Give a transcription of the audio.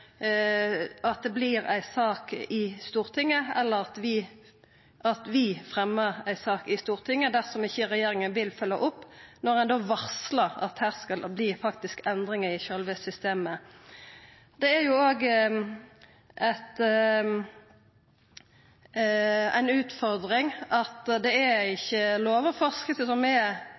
at det vert ei sak i Stortinget, eller at vi fremjar ei sak i Stortinget dersom ikkje regjeringa vil følgja opp når ein varslar at her skal det faktisk verta endringar i sjølve systemet. Det er òg ei utfordring at det ikkje er lover og forskrifter som er